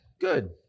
good